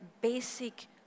basic